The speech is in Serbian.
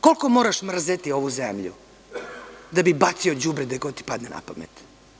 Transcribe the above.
Koliko moraš mrzeti ovu zemlju da bi bacio đubre gde god ti padne napamet?